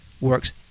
works